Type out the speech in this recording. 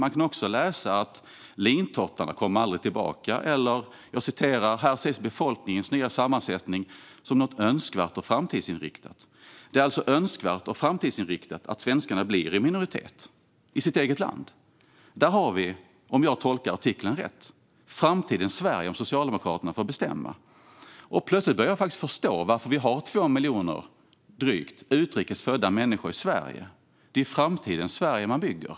Man kan också läsa att lintottarna aldrig kommer tillbaka och att befolkningens nya sammansättning här ses som något önskvärt och framtidsinriktat. Det är alltså önskvärt och framtidsinriktat att svenskarna blir en minoritet i sitt eget land. Där har vi, om jag tolkar artikeln rätt, framtidens Sverige om Socialdemokraterna får bestämma. Plötsligt börjar jag förstå varför vi har drygt 2 miljoner utrikes födda människor i Sverige. Det är framtidens Sverige man bygger.